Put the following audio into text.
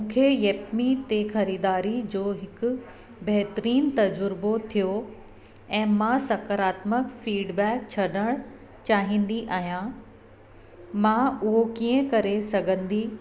मूंखे येपमी ते ख़रीदारी जो हिकु बहितरीनु तज़ुर्बो थियो ऐं मां सकरात्मक फीडबैक छॾणु चाहींदो आहियां मां उहो कीअं करे सघंदी